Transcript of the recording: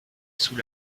sous